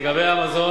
לגבי המזון,